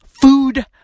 Food